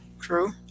true